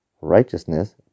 righteousness